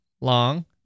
long